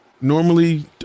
normally